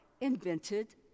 invented